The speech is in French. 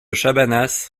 chabanas